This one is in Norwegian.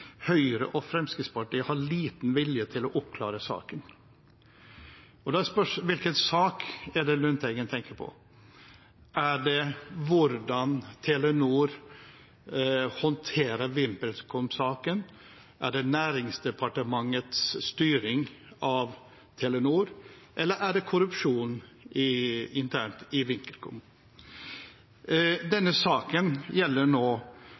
Høyre og Fremskrittspartiet har liten vilje til å oppklare saken. Da spørs det hvilken sak det er Lundteigen tenker på. Er det hvordan Telenor håndterer VimpelCom-saken? Er det Næringsdepartementets styring av Telenor? Eller er det korrupsjon internt i VimpelCom? Denne saken nå gjelder